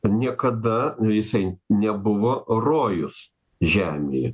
niekada jisai nebuvo rojus žemėje